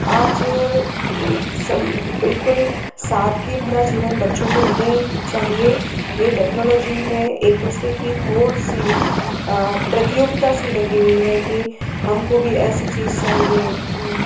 आज बिल्कुल सादगी भरा जीवन बच्चों को नहीं चाहिए यह टेक्नोलॉजी में एक दूसरे की होड़ सी प्रतियोगिता सी लगी हुई है कि हमको भी ऐसी चीज़ चाहिए